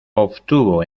obtuvo